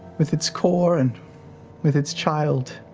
with its core and with its child